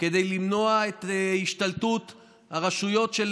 כדי למנוע את השתלטות הרשויות,